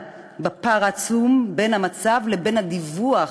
לגבי הפער העצום בין המצב לבין הדיווח